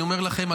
אני אומר לכם,